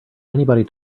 anybody